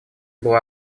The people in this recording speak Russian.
была